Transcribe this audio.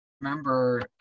remember